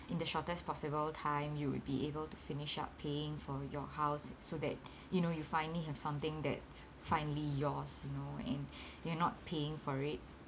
in the shortest possible time you would be able to finish up paying for your house so that you know you finally have something that's finally yours you know and you're not paying for it